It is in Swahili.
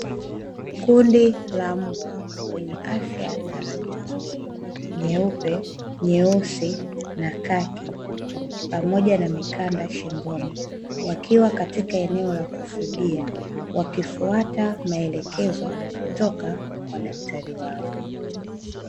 Kundi la mbwa wenye afya na rangi nzuri nyeupe, nyeusi na kaki pamoja na mikanda shingoni, wakiwa katika eneo la kufugia wakifuata maelekezo kutoka kwa daktari wao.